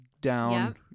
down